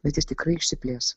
bet jis tikrai išsiplės